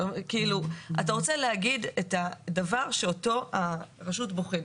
אתה רוצה להגיד את הדבר שאותו הרשות בוחנת.